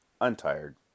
untired